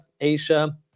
Asia